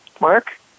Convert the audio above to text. Mark